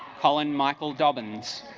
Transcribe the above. collin michael dobbins